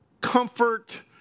comfort